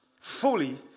fully